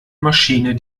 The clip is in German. maschine